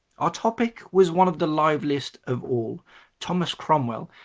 our topic was one of the liveliest of all thomas cromwell,